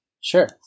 Sure